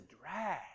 drag